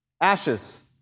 ashes